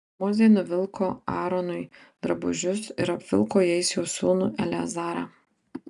mozė nuvilko aaronui drabužius ir apvilko jais jo sūnų eleazarą